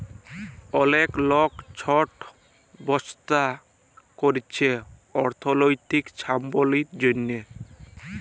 অলেক লক ছট ব্যবছা ক্যইরছে অথ্থলৈতিক ছাবলম্বীর জ্যনহে